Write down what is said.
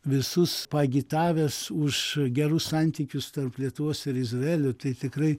visus paagitavęs už gerus santykius tarp lietuvos ir izraelio tai tikrai